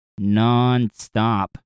nonstop